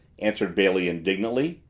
answered bailey indignantly.